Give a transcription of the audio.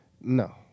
No